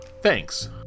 Thanks